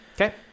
Okay